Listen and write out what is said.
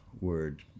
word